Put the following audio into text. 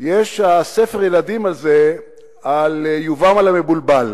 יש ספר הילדים הזה על יובל המבולבל.